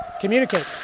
communicate